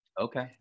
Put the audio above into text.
Okay